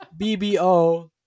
BBO